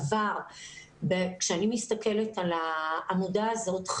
כשאני מסתכלת על העמודה הזאת,